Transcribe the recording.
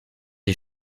des